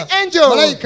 angel